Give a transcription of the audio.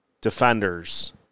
defenders